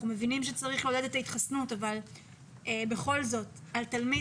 אנחנו מבינים שצריך לעודד את ההתחסנות אבל בכל זאת על תלמיד